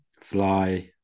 fly